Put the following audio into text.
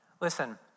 Listen